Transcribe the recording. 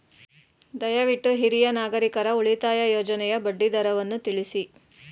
ದಯವಿಟ್ಟು ಹಿರಿಯ ನಾಗರಿಕರ ಉಳಿತಾಯ ಯೋಜನೆಯ ಬಡ್ಡಿ ದರವನ್ನು ತಿಳಿಸಿ